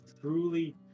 truly